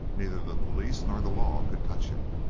neither the police nor the law could touch him.